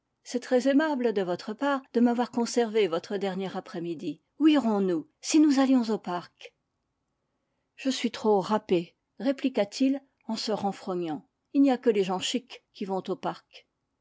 c'est très aimable de votre part de m'avoir conservé votre dernier après-midi où irons-nous si nous allions au parc je suis trop râpé répliqua-t-il en se renfrogna il ny a que les gens chics qui vont au parc